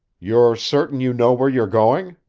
you're certain you know where you are going?